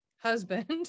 husband